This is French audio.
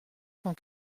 cent